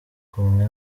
kumwe